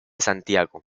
santiago